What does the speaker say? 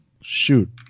shoot